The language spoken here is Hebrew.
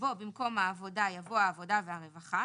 ובו במקום העבודה יבוא העבודה והרווחה,